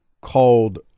called